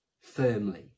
firmly